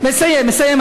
אני מסיים, מסיים, מסיים.